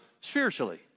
spiritually